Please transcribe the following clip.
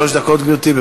שלוש דקות, גברתי.